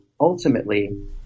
ultimately